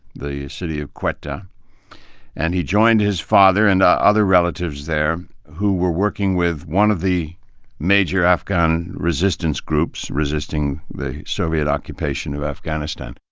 the city of quetta and he joined his father and other relatives there who were working with one of the major afghan resistance groups resisting the soviet occupation of afghanistan.